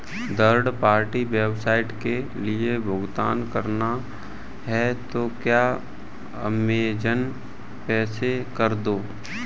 third party website के लिए भुगतान करना है तो क्या अमेज़न पे से कर दो